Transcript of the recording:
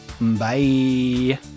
bye